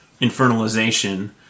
infernalization